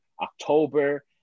October